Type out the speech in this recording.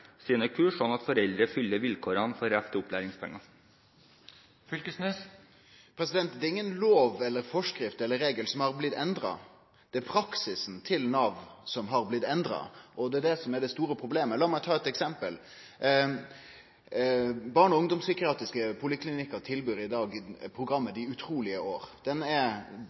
sine kurs, slik at foreldre fyller vilkårene for rett til opplæringspenger. Det er ingen lov eller forskrift eller regel som har blitt endra – det er praksisen til Nav som har blitt endra. Det er det som er det store problemet. Lat meg ta eit eksempel. Barne- og ungdomspsykiatriske poliklinikkar tilbyr i dag programmet De utrolige årene. Det er